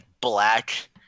black